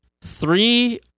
three